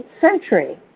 century